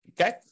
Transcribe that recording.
Okay